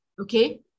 Okay